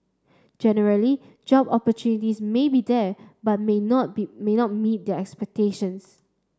generally job opportunities may be there but may not be may not meet their expectations